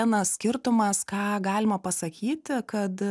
vienas skirtumas ką galima pasakyti kad